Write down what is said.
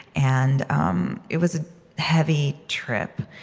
and um it was a heavy trip.